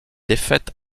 défaite